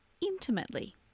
intimately